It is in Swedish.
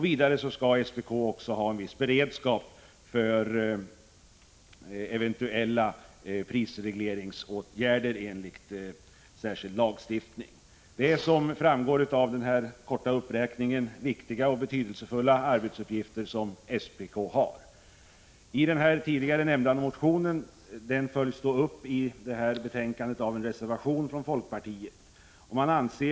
Vidare skall SPK ha en viss beredskap för eventuella prisregleringsåtgärder enligt särskild lagstiftning. Det är, som framgår av denna korta uppräkning, viktiga och betydelsefulla arbetsuppgifter som SPK har. Den tidigare nämnda motionen följs upp i betänkandet av en reservation från folkpartiet.